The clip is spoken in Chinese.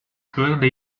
格雷